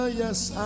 yes